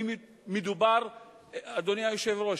אדוני היושב-ראש,